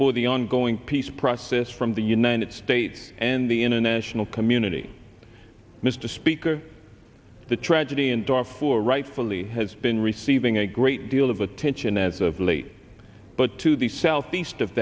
for the ongoing peace process from the united states and the international community mr speaker the tragedy in darfur rightfully has been receiving a great deal of attention as of late but to the southeast of